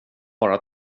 bara